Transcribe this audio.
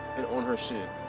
and on her shin.